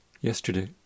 yesterday